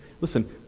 Listen